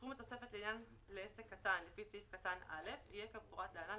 סכום התוספת לעסק קטן לפי סעיף קטן (א) יהיה כמפורט להלן,